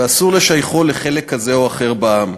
ואסור לשייכו לחלק כזה או אחר בעם.